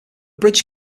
bridge